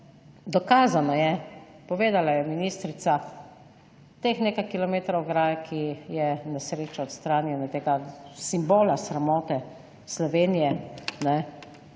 dokazano je, povedala je ministrica, teh nekaj kilometrov ograje, ki je na srečo odstranjene, tega simbola sramote Slovenije,